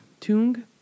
Tung